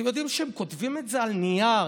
אתם יודעים שהם כותבים את זה על נייר?